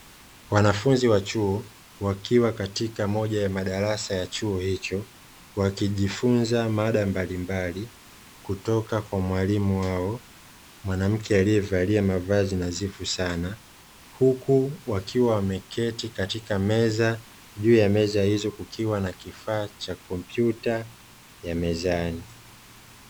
Wanafunzi wa chuo wakiwa katika moja ya madarasa ya chuo hicho, wakijifunza mada mbalimbali kutoka kwa mwalimu wao mwanamke aliyevalia mavazi nadhifu sana huku wakiwa wameketi katika meza. Juu ya meza hiyo kukiwa na kifaa cha kompyuta ya mezani.